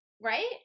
right